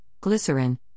glycerin